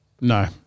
No